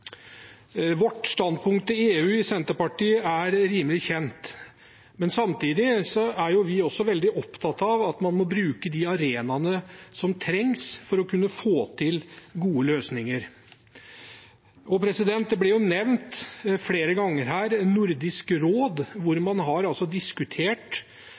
standpunkt til EU er rimelig kjent. Samtidig er vi veldig opptatt av at man må bruke de arenaene som trengs for å kunne få til gode løsninger. Nordisk råd ble nevnt flere ganger her. Der har man diskutert